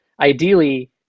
ideally